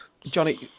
Johnny